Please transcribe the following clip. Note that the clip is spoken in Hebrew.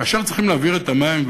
כאשר צריכים להעביר את המים,